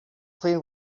play